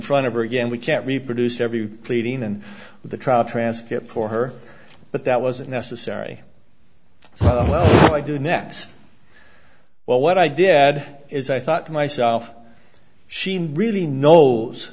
front of her again we can't reproduce every pleading and the trial transcript for her but that wasn't necessary oh well i do next well what i did is i thought to myself she really knows